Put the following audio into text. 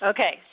Okay